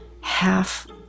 half